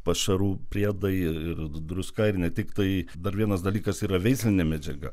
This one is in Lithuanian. pašarų priedai ir druska ir ne tiktai dar vienas dalykas yra veislinė medžiaga